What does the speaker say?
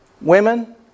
Women